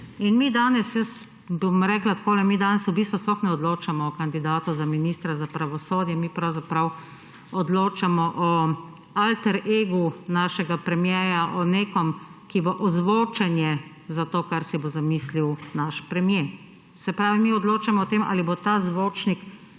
In mi danes, jaz bom rekla takole, mi danes v bistvu sploh ne odločamo o kandidatu za ministra za pravosodje. Mi pravzaprav odločamo o alter egu našega premierja, o nekom, ki bo ozvočenje za to kar si bo zamislil naš premier. Se pravi, mi odločamo o tem ali bo ta zvočnik